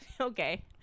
Okay